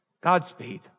Godspeed